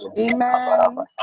amen